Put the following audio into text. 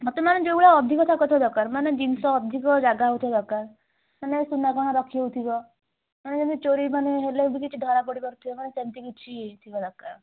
ମୋତେ ମାନେ ଯେଉଁଭଳିଆ ଅଧିକ ଥାକ ଥିବା ଦରକାର ମାନେ ଜିନିଷ ଅଧିକ ଜାଗା ହଉଥିବା ଦରକାର ମାନେ ସୁନାଗହଣା ରଖି ହେଉଥିବ ମାନେ ଯେମିତି ଚୋରି ମାନେ ହେଲେ ଯେମିତି କିଛି ଧରା ପଡ଼ିପାରୁଥିବ ସେମିତି କିଛି ଥିବା ଦରକାର